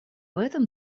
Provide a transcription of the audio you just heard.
этом